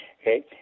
okay